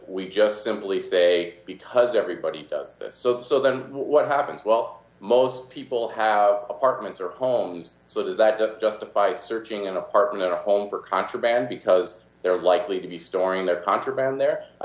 we just simply say because everybody does this so then what happens well most people have apartments or homes so does that justify searching an apartment or home for contraband because they're likely to be storing their contraband there i